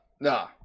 Nah